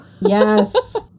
yes